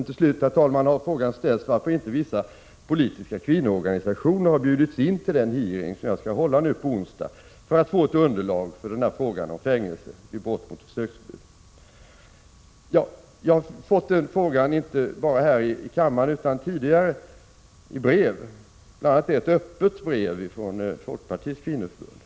Till slut, herr talman, har frågan ställts varför inte vissa politiska kvinnoorganisationer har bjudits in till den hearing som jag skall hålla på onsdag för att få ett underlag för frågan om fängelse eller inte vid brott mot besöksförbud. Jag har fått den frågan inte bara här i kammaren utan även tidigare i brev, bl.a. i ett öppet brev från Folkpartiets kvinnoförbund.